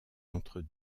entre